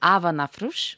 ava nafruš